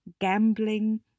gambling